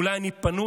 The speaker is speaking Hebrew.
אולי אני פנוי?